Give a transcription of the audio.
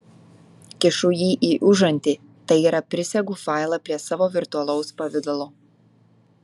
kišu jį į užantį tai yra prisegu failą prie savo virtualaus pavidalo